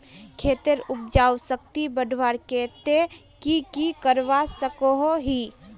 खेतेर उपजाऊ शक्ति बढ़वार केते की की करवा सकोहो ही?